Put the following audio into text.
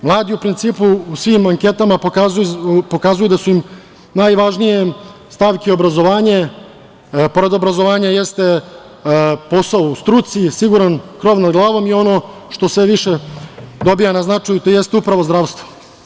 Mladi, u principu, u svim anketama pokazuju da su im najvažnije stavke obrazovanje, pored obrazovanja jeste posao u struci, siguran krov nad glavom i ono što sve više dobija na značaju, to jeste upravo zdravstvo.